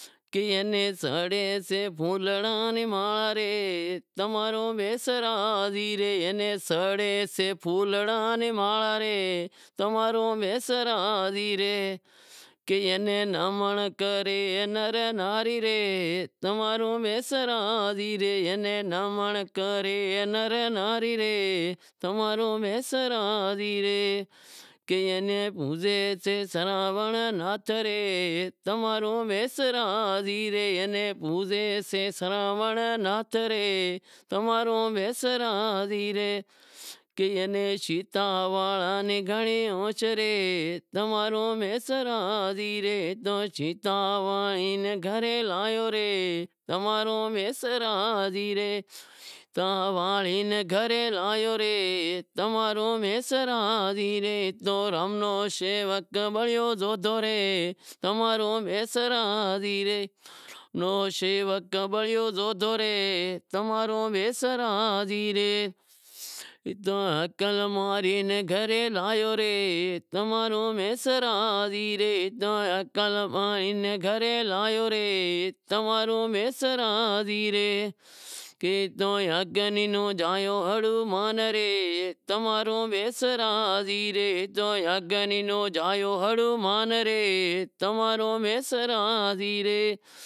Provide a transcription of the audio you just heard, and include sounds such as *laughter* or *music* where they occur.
*unintelligible*